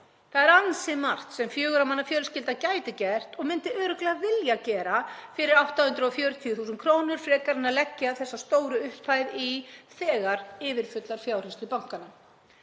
Það er ansi margt sem fjögurra manna fjölskylda gæti gert og myndi örugglega vilja gera fyrir 840.000 kr. frekar en að leggja þessa stóru upphæð í þegar yfirfullar fjárhirslur bankanna.